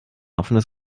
offenes